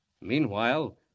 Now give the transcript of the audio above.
Meanwhile